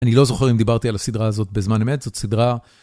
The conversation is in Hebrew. אני לא זוכר אם דיברתי על הסדרה הזאת בזמן אמת, זאת סדרה...